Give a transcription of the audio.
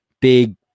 big